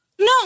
no